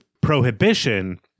prohibition